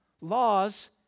laws